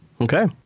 Okay